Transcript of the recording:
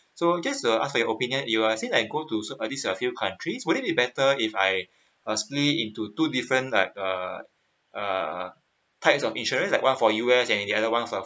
so just to ask your opinion you're saying like go to these uh few countries would it be better if I uh split it into two different like uh uh types of insurance like one for U_S and the other [one] for